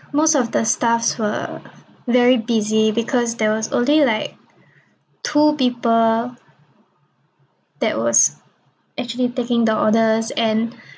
most of the staffs were very busy because there was only like two people that was actually taking the orders and